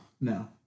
No